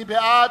מי בעד?